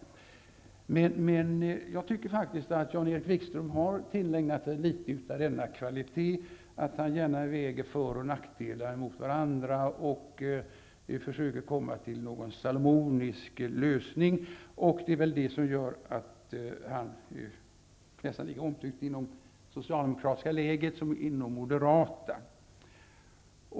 Jag tycker att Jan-Erik Wikström har tillägnat sig litet av denna kvalitet, att han gärna väger för och nackdelar mot varandra och försöker komma till någon salomonisk lösning. Det är väl det som gör att han är nästan lika omtyckt inom det socialdemokratiska lägret som inom det moderata.